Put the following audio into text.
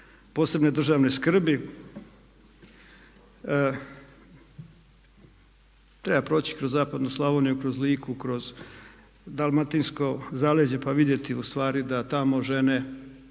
posebne državne skrbi. Treba proći kroz zapadnu Slavoniju i kroz Liku, kroz dalmatinsko zaleđe pa vidjeti ustvari da tamo žene